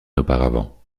auparavant